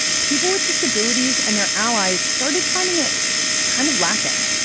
people with disabilities and their allies started finding it kind of lacking.